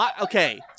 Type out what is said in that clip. Okay